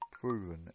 proven